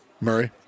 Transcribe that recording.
murray